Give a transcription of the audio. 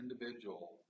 individual